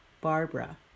Barbara